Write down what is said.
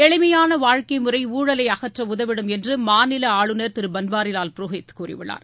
எளிமையான வாழ்க்கை முறை ஊழலை அகற்ற உதவிடும் என்று மாநில ஆளுநர் திரு பன்வாரிவால் புரோஹித் கூறியுள்ளார்